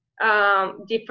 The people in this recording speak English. Different